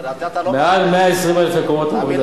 אבל את זה אתה לא, יותר מ-120,000 מקומות עבודה.